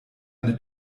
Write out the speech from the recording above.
eine